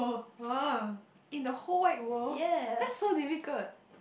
uh in the whole wide world that's so difficult